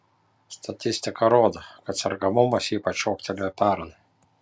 statistika rodo kad sergamumas ypač šoktelėjo pernai